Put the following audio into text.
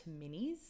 minis